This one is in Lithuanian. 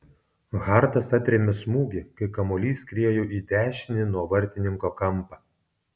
hartas atrėmė smūgį kai kamuolys skriejo į dešinį nuo vartininko kampą